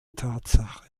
tatsache